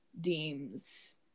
deems